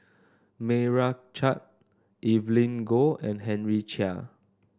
Meira Chand Evelyn Goh and Henry Chia